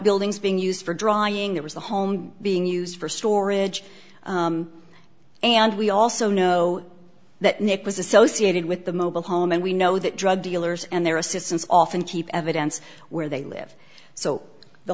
outbuildings being used for drying that was the home being used for storage and we also know that nick was associated with the mobile home and we know that drug dealers and their assistants often keep evidence where they live so the